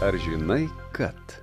ar žinai kad